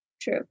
true